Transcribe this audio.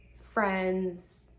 friends